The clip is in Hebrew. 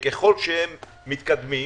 שככל שהם מתקדמים,